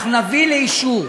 אנחנו נביא לאישור,